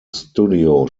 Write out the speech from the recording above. studio